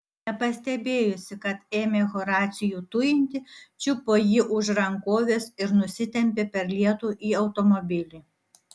nepastebėjusi kad ėmė horacijų tujinti čiupo jį už rankovės ir nusitempė per lietų į automobilį